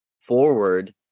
forward